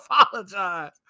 apologize